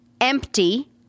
empty